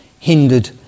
hindered